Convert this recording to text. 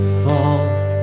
falls